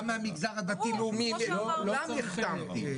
מהמגזר הדתי-הלאומי גם החתמתי.